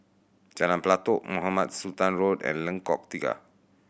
Jalan Pelatok Mohamed Sultan Road and Lengkok Tiga